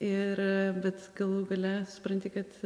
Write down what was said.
ir bet galų gale supranti kad